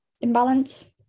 imbalance